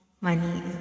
money